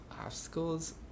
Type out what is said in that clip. Obstacles